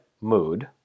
mood